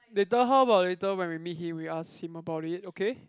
later how about later when we meet him we ask him about it okay